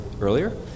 earlier